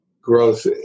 growth